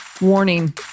Warning